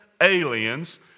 aliens